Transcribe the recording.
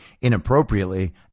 inappropriately